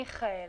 מיכאל,